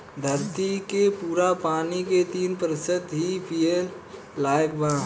धरती के पूरा पानी के तीन प्रतिशत ही पिए लायक बा